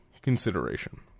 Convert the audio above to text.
consideration